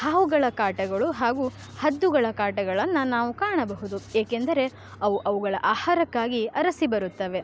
ಹಾವುಗಳ ಕಾಟಗಳು ಹಾಗೂ ಹದ್ದುಗಳ ಕಾಟಗಳನ್ನು ನಾವು ಕಾಣಬಹುದು ಏಕೆಂದರೆ ಅವು ಅವುಗಳ ಆಹಾರಕ್ಕಾಗಿ ಅರಸಿ ಬರುತ್ತವೆ